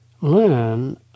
learn